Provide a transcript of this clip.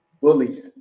Bullying